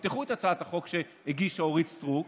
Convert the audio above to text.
תפתחו את הצעת החוק שהגישה אורית סטרוק,